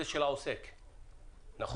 זה של העוסק, נכון?